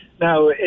Now